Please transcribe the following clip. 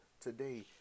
today